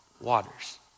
waters